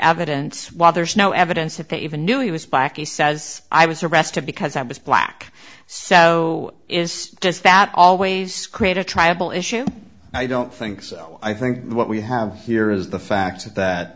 evidence while there's no evidence that they even knew he was black you says i was arrested because i was black so it is just that always create a triable issue i don't think so i think what we have here is the fact that